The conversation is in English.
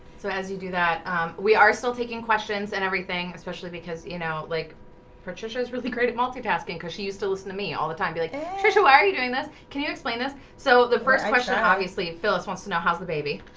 so as you do that we are still taking questions and everything especially because you know like patricia is really creative multitasking because she used to listen to me all the time be like trisha why are you doing this? can you explain this? so the first question obviously phyllis wants to know how's the baby?